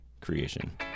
creation